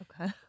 Okay